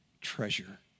treasure